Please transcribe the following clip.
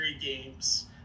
games